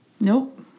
Nope